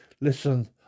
listen